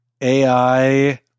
AI